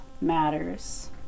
matters